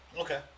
Okay